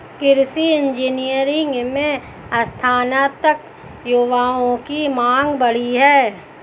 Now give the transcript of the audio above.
कृषि इंजीनियरिंग में स्नातक युवाओं की मांग बढ़ी है